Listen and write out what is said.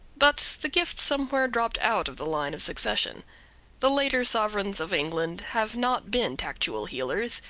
but the gift somewhere dropped out of the line of succession the later sovereigns of england have not been tactual healers,